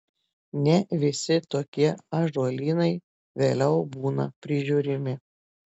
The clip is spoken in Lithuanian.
ne visi tokie ąžuolynai vėliau būna prižiūrimi